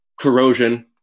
corrosion